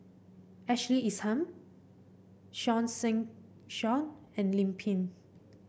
Ashley Isham Seah Seah and Lim Pin